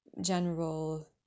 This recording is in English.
general